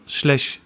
slash